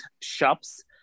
shops